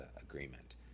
agreement